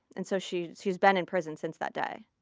and so she's she's been in prison since that day.